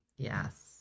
Yes